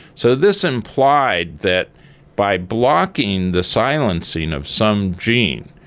so this implied that by blocking the silencing of some gene,